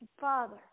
Father